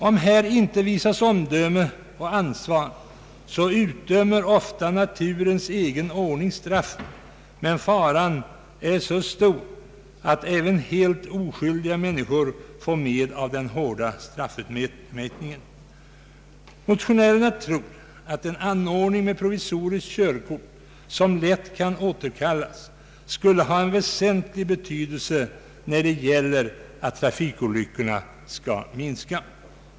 Om här inte visas omdöme och ansvar, utdömer ofta naturens egen ordning straffet, men faran är stor att även helt oskyldiga människor får med av den hårda straffutmätningen. Motionärerna tror att en anordning med provisoriskt körkort, som lätt kan återkallas, skulle ha en väsentlig betydelse när det gäller att minska trafikolyckorna.